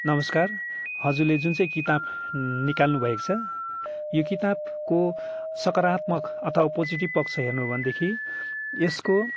नमस्कार हजुरले जुन चाहिँ किताब निकाल्नुभएको छ यो किताबको सकारात्मक अथवा पोजिटिभ पक्ष हेर्नु हो भनेदेखि यसको